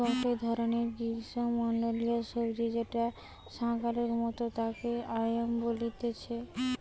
গটে ধরণের গ্রীষ্মমন্ডলীয় সবজি যেটা শাকালুর মতো তাকে য়াম বলতিছে